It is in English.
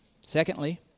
Secondly